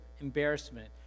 embarrassment